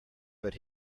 but